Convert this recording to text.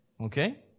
Okay